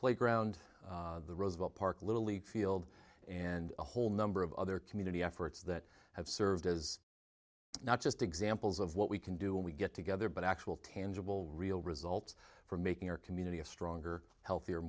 playground the roosevelt park little league field and a whole number of other community efforts that have served as not just examples of what we can do when we get together but actual tangible real results for making our community a stronger healthier